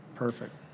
Perfect